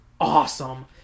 awesome